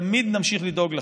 תמיד נמשיך לדאוג לכם.